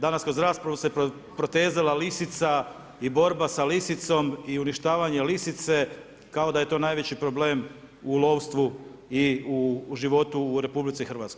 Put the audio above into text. Danas kroz raspravu se protezala lisica i borba sa lisicom i uništavanje lisice kao da je to najveći problem u lovstvu i životu u RH.